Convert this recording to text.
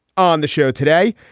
on the show today,